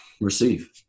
receive